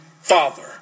father